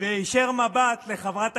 למשרד לשיתוף פעולה אזורי.